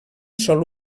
sol